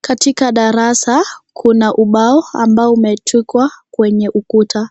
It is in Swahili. Katika darasa, kuna ubao ambao umetukwa kwenye ukuta.